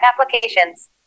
applications